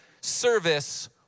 service